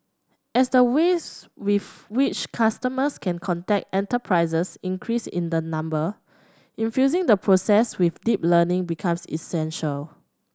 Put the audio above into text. as the ways with which customers can contact enterprises increase in the number infusing the process with deep learning becomes essential